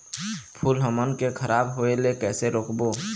फूल हमन के खराब होए ले कैसे रोकबो?